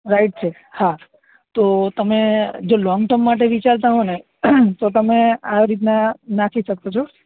right છે હા તો તમે જો લોંગ ટર્મ માટે વિચારતા હો ને તો તમે આ રીતના નાખી શકો છો